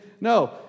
No